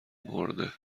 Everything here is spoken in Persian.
مرده